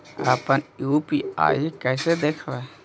अपन यु.पी.आई कैसे देखबै?